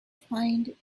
find